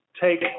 take